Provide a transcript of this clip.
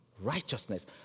righteousness